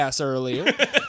earlier